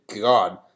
God